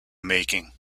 making